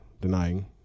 denying